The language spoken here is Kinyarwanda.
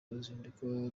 uruzinduko